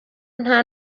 nta